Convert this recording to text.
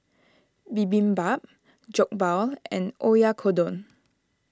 Bibimbap Jokbal and Oyakodon